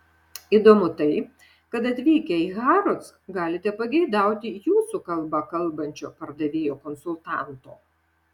įdomu tai kad atvykę į harrods galite pageidauti jūsų kalba kalbančio pardavėjo konsultanto